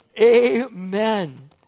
Amen